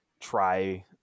try